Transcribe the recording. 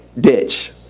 ditch